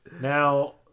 Now